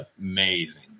amazing